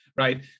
right